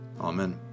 Amen